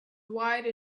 wide